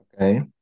Okay